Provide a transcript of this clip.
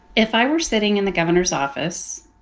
if i were sitting in the governor's office